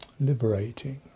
liberating